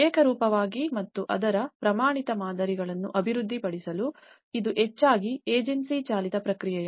ಏಕರೂಪವಾಗಿ ಮತ್ತು ಅದರ ಪ್ರಮಾಣಿತ ಮಾದರಿಗಳನ್ನು ಅಭಿವೃದ್ಧಿಪಡಿಸಲು ಮತ್ತು ಇದು ಹೆಚ್ಚಾಗಿ ಏಜೆನ್ಸಿ ಚಾಲಿತ ಪ್ರಕ್ರಿಯೆಯಾಗಿದೆ